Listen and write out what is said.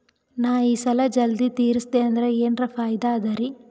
ನಾ ಈ ಸಾಲಾ ಜಲ್ದಿ ತಿರಸ್ದೆ ಅಂದ್ರ ಎನರ ಫಾಯಿದಾ ಅದರಿ?